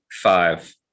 five